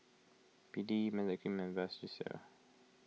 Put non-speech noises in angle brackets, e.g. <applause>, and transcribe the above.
B D <unintelligible> and Vagisil